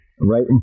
Right